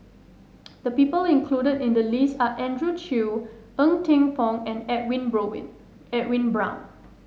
the people included in the list are Andrew Chew Ng Teng Fong and Edwin Edwin Brown